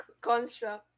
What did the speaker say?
construct